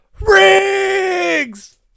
Riggs